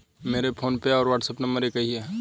मेरा फोनपे और WhatsApp number एक ही है